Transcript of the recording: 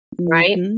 Right